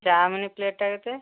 chowmein ପ୍ଲେଟ୍ଟା କେତେ